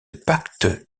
pacte